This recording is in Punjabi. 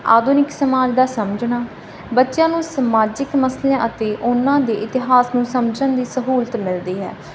ਆਧੁਨਿਕ ਸਮਾਜ ਦਾ ਸਮਝਣਾ ਬੱਚਿਆਂ ਨੂੰ ਸਮਾਜਿਕ ਮਸਲਿਆਂ ਅਤੇ ਉਹਨਾਂ ਦੇ ਇਤਿਹਾਸ ਨੂੰ ਸਮਝਣ ਦੀ ਸਹੂਲਤ ਮਿਲਦੀ ਹੈ